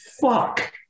fuck